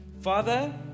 Father